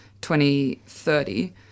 2030